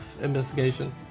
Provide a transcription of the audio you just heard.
investigation